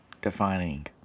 defining